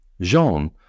Jean